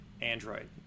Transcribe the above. Android